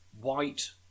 white